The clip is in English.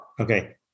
okay